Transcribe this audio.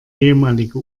ehemalige